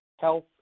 health